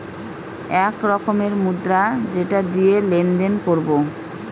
এক রকমের মুদ্রা যেটা দিয়ে লেনদেন করবো